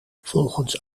volgens